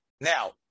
Now